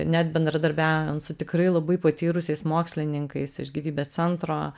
net bendradarbiaujant su tikrai labai patyrusiais mokslininkais iš gyvybės centro